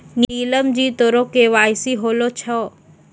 नीलम जी तोरो के.वाई.सी होलो छौं?